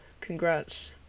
congrats